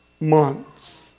months